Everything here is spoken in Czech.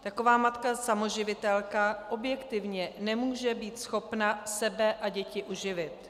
Taková matka samoživitelka objektivně nemůže být schopna sebe a děti uživit.